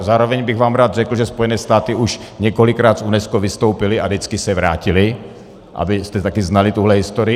Zároveň bych vám rád řekl, že Spojené státy už několikrát z UNESCO vystoupily a vždycky se vrátily, abyste taky znali tuhle historii.